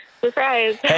Surprise